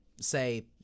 say